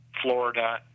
Florida